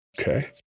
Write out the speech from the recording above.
Okay